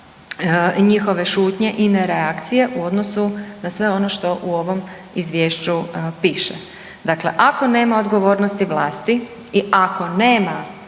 njihove šutnje i nereakcije u odnosu na sve ono što u ovoj Izvješću piše. Dakle, ako nema odgovornosti vlasti i ako nema